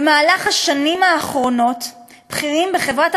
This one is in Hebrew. במהלך השנים האחרונות בכירים בחברת